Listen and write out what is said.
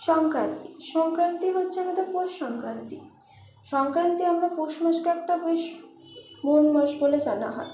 সংক্রান্তি সংক্রান্তি হচ্ছে আমাদের পৌষ সংক্রান্তি সংক্রান্তি আমরা পৌষ মাসকে একটা বেশ মল মাস বলে জানা হয়